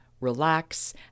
relax